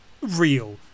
real